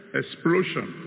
explosion